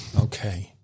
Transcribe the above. Okay